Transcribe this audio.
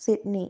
Sydney